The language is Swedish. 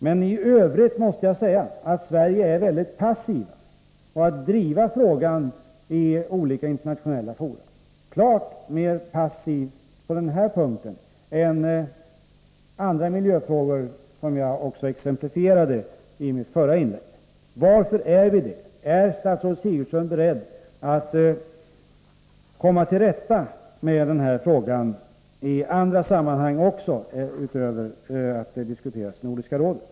Men i Övrigt måste jag säga att Sverige är mycket passivt när det gäller att driva frågan i olika internationella fora, klart mer passivt på den här punkten än i andra miljöfrågor, som jag också exemplifierade i mitt förra inlägg. Varför är Sverige det? Är statsrådet Sigurdsen beredd att försöka komma till rätta med den här frågan även i andra sammanhang, förutom att den diskuteras i Nordiska rådet?